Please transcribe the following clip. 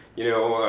you know,